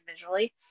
visually